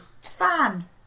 Fan